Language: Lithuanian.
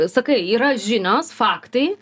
sakai yra žinios faktai